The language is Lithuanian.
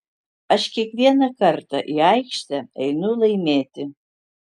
aš kiekvieną kartą į aikštę einu laimėti